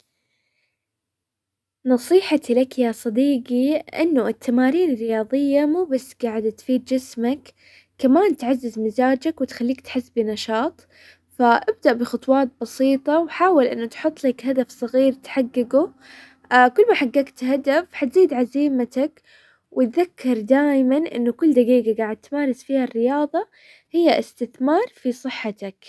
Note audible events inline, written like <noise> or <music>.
نصيحتي لك يا صديقي انه التمارين الرياضية مو بس قاعدة تفيد جسمك، كمان تعزز مزاجك وتخليك تحس بنشاط، فابدأ بخطوات بسيطة وحاول انه تحط لك هدف صغير تحققه، <hesitation> كل ما حققت حتزيد عزيمتك، وتذكر دايما انه كل دقيقة قاعد تمارس فيها الرياضة هي استثمار في صحتك.